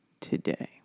today